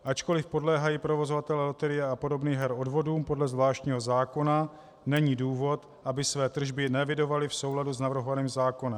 Ačkoliv podléhají provozovatelé loterií a podobných her odvodům podle zvláštního zákona, není důvod, aby své tržby neevidovali v souladu s navrhovaným zákonem.